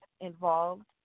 involved